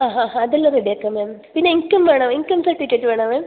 ആ ആ ആ അത് എല്ലാം റെഡി ആക്കാം മാം പിന്നെ ഇൻകം വേണോ ഇൻകം സർട്ടിഫിക്കറ്റ് വേണോ മാം